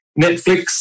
Netflix